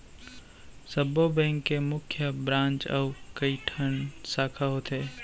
सब्बो बेंक के मुख्य ब्रांच अउ कइठन साखा होथे